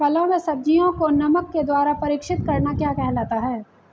फलों व सब्जियों को नमक के द्वारा परीक्षित करना क्या कहलाता है?